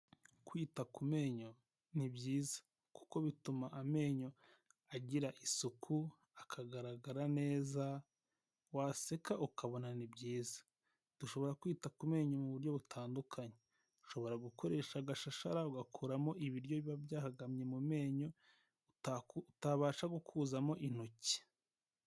Kwita ku menyo ni byiza kuko bituma amenyo agira isuku, akagaragara neza waseka ukabona ni byiza. Dushobora kwita ku menyo mu buryo butandukanye. Ushobora gukoresha agashashara ugakuramo ibiryo biba byahagamye mu menyo utabasha gukurazamo intoki.